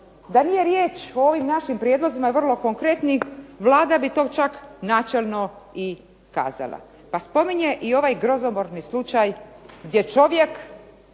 da nije riječ o ovim našim prijedlozima vrlo konkretnim, Vlada bi to čak načelno i kazala. Pa spominje i ovaj grozomorni slučaj gdje čovjek